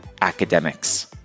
Academics